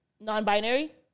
Non-binary